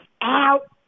out